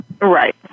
Right